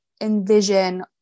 envision